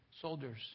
soldiers